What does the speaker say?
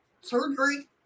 surgery